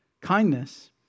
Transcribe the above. Kindness